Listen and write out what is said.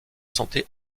santé